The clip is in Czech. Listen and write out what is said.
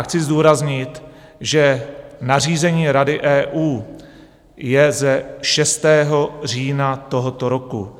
Chci zdůraznit, že nařízení Rady EU je ze 6. října tohoto roku.